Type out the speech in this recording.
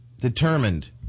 determined